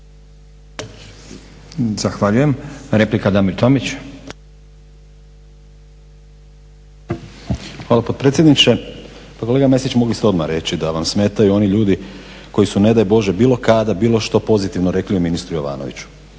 Zahvaljujem. Replika, Damir Tomić. **Tomić, Damir (SDP)** Hvala potpredsjedniče. Pa kolega Mesić, mogli ste odmah reći da vam smetaju oni ljudi koji su ne daj Bože bilo kada, bilo što pozitivno rekli o ministru Jovanoviću,